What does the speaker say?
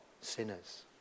sinners